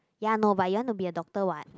ya no but you want to be a doctor what